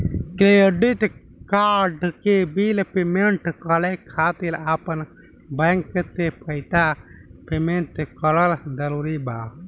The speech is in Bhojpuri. क्रेडिट कार्ड के बिल पेमेंट करे खातिर आपन बैंक से पईसा पेमेंट करल जरूरी बा?